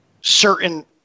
certain